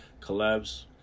collabs